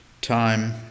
time